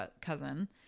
cousin